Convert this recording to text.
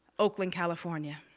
oakland, california.